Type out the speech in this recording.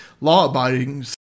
law-abiding